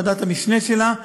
ועדת המשנה שלה,